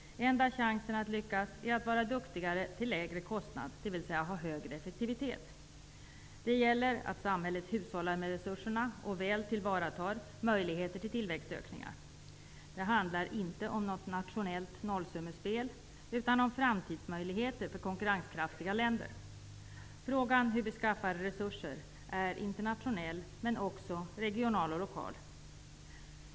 Enda chansen att lyckas är att vara duktigare till lägre kostnad, dvs. ha högre effektivitet. Det gäller att samhället hushållar med resurserna och väl tillvaratar möjligheter till tillväxtökningar. Det handlar inte om något nationellt nollsummespel, utan om framtidsmöjligheter för konkurrenskraftiga länder. Frågan hur vi skaffar resurser är internationell men också regional och lokal.